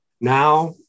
Now